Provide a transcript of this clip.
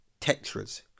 Tetras